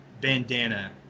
bandana